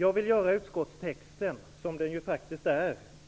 Jag vill göra utskottstexten